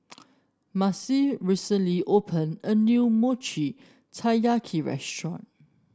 Marcie recently opened a new Mochi Taiyaki restaurant